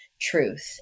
truth